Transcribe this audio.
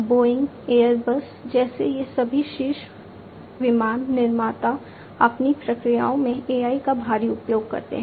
Boeing Airbus जैसे ये सभी शीर्ष विमान निर्माता अपनी प्रक्रियाओं में AI का भारी उपयोग करते हैं